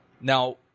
Now